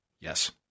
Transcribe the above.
Yes